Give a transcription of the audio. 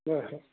ꯍꯣꯏ ꯍꯣꯏ